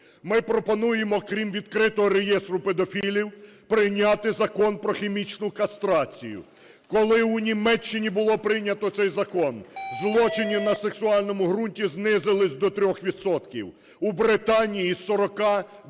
Ми пропонуємо крім відкритого реєстру педофілів прийняти закон про хімічну кастрацію. Коли у Німеччині було прийнято цей закон, злочини на сексуальному ґрунті знизились до 3 відсотків. У Британії із 40